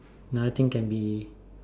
another thing can be